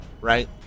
right